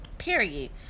Period